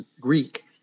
Greek